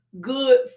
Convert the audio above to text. good